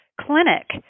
clinic